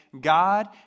God